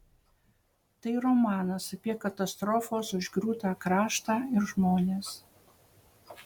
tai romanas apie katastrofos užgriūtą kraštą ir žmones